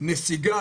נסיגה